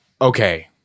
okay